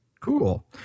Cool